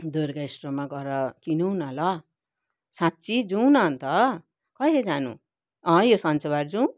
दुर्गा स्टोरमा गएर किनौँ न ल साँच्ची जाऔँ न अन्त कहिले जानु यो शनिबार जाऔँ